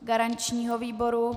Garančního výboru?